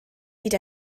hyd